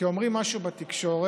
כי אומרים משהו בתקשורת,